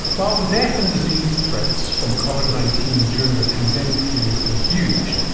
while the death and disease threats from covid nineteen during the pandemic period are huge,